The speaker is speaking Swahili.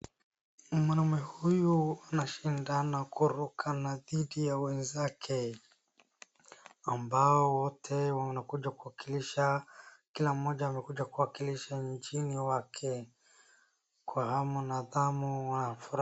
Mwanaume huyu anashindana kuruka na dhidi ya wenzake ambao wote wanakuja kuwakilisha, kila mmoja amekuja kuwa kuwakilisha nchini wake kwa hamu na ghamu wana furaha.